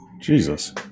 jesus